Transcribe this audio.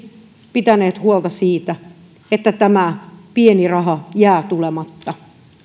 pitäneet huolta siitä että tämä pieni raha jää tulematta